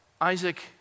Isaac